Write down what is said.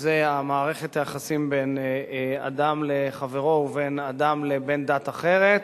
שזה מערכת היחסים בין אדם לחברו ובין אדם לבין דת אחרת,